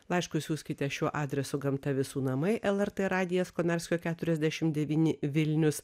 laiškus siųskite šiuo adresu gamta visų namai lrt radijas konarskio keturiasdešim devyni vilnius